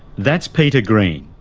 that's peter green,